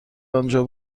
آنجا